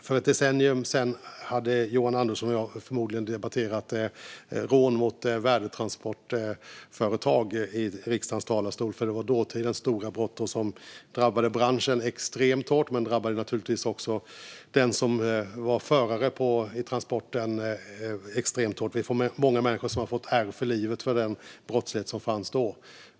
För ett decennium sedan hade Tobias Andersson och jag förmodligen debatterat rån mot värdetransportföretag i riksdagens talarstol, för det var dåtidens stora brott. Det drabbade branschen extremt hårt, men det drabbade naturligtvis också föraren av transporten extremt hårt. Det är många människor som har fått ärr för livet av den brottslighet som fanns då.